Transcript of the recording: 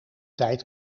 tijd